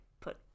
put